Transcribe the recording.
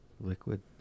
Liquid